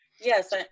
Yes